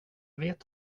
vet